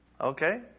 Okay